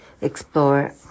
explore